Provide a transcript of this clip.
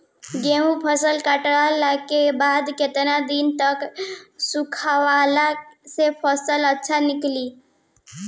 गेंहू फसल कटला के बाद केतना दिन तक सुखावला से फसल अच्छा निकली?